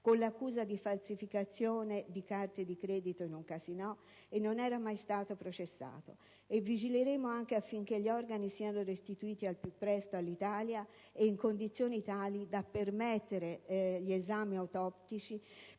con l'accusa di falsificazione di carte di credito in un casinò e che non è mai stato processato. E vigileremo anche affinché gli organi siano restituiti al più presto all'Italia ed in condizioni tali da permettere gli esami autoptici,